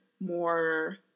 more